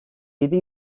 yedi